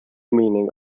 meaning